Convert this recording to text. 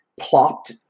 plopped